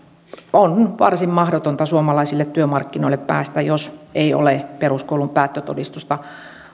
on varsin mahdotonta suomalaisille työmarkkinoille päästä jos ei ole peruskoulun päättötodistusta